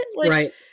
Right